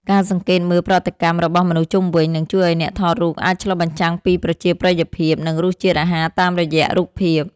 ការសង្កេតមើលប្រតិកម្មរបស់មនុស្សជុំវិញ នឹងជួយឱ្យអ្នកថតរូបអាចឆ្លុះបញ្ចាំងពីប្រជាប្រិយភាព និងរសជាតិអាហារតាមរយៈរូបភាព។